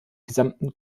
gesamten